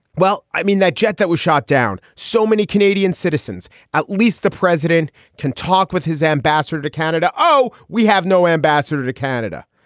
well, i mean, that jet that was shot down, so many canadian citizens, at least the president can talk with his ambassador to canada. oh, we have no ambassador to canada.